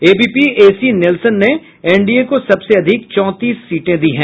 ABP AC Nielsen ने NDA को सबसे अधिक चौंतीस सीटें दी हैं